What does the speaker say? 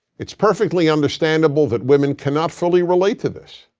it's perfectly understandable that women cannot fully relate to this.